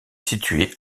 située